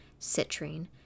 citrine